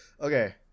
Okay